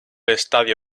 estadio